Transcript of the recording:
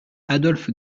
adolphe